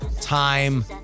time